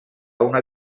una